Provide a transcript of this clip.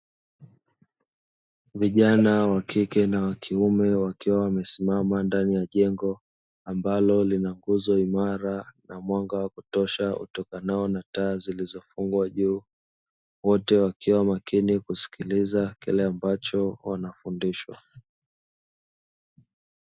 Vijana wa kike na wa kiume wakiwa wamesimama ndani ya jengo ambalo lina nguzo imara na mwanga wa kutosha utokanao na taa zilizofungwa juu, wote wakiwa makini kusikiliza kile ambacho wanafundishwa.